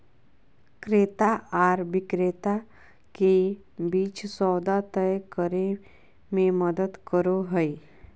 क्रेता आर विक्रेता के बीच सौदा तय करे में मदद करो हइ